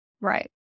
right